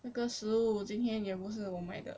那个食物今天也不是我买的